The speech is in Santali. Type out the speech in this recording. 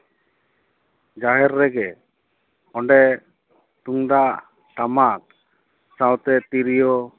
ᱡᱟᱦᱮᱨ ᱨᱮᱜᱮ ᱚᱸᱰᱮ ᱛᱩᱢᱫᱟᱜ ᱴᱟᱢᱟᱠ ᱥᱟᱶᱛᱮ ᱛᱨᱤᱭᱳ